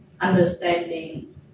understanding